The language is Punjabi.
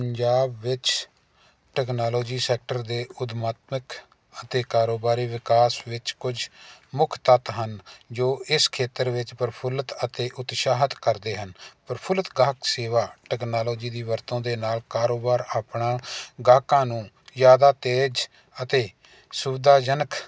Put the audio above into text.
ਪੰਜਾਬ ਵਿੱਚ ਟੈਕਨੋਲੋਜੀ ਸੈਕਟਰ ਦੇ ਉਦਮਤਕ ਅਤੇ ਕਾਰੋਬਾਰੀ ਵਿਕਾਸ ਵਿੱਚ ਕੁਝ ਮੁੱਖ ਤੱਤ ਹਨ ਜੋ ਇਸ ਖੇਤਰ ਵਿੱਚ ਪ੍ਰਫੁੱਲਿਤ ਅਤੇ ਉਤਸ਼ਾਹਤ ਕਰਦੇ ਹਨ ਪ੍ਰਫੁੱਲਿਤ ਗਾਹਕ ਸੇਵਾ ਟੈਕਨੋਲੋਜੀ ਦੀ ਵਰਤੋਂ ਦੇ ਨਾਲ ਕਾਰੋਬਾਰ ਆਪਣਾ ਗਾਹਕਾਂ ਨੂੰ ਜਿਆਦਾ ਤੇਜ਼ ਅਤੇ ਸੁਵਿਧਾ ਜਨਕ